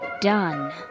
done